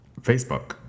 Facebook